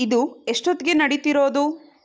ಇದು ಎಷ್ಟೊತ್ತಿಗೆ ನಡೀತಿರೋದು